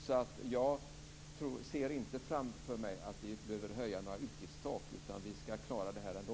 Jag ser alltså inte framför mig att vi behöver höja några utgiftstak, utan vi skall klara det här ändå.